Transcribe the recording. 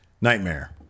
nightmare